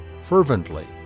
fervently